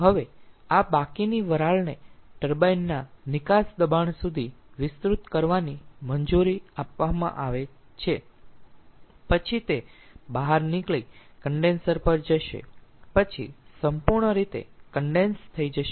હવે આ બાકીની વરાળને ટર્બાઇન ના નિકાસ દબાણ સુધી વિસ્તૃત કરવાની મંજૂરી આપવામાં આવી છે પછી તે બહાર નીકળી કન્ડેન્સર પર જશે પછી સંપૂર્ણ રીતે કન્ડેન્સ થઈ જશે